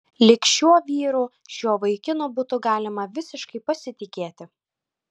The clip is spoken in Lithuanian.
lyg šiuo vyru šiuo vaikinu būtų galima visiškai pasitikėti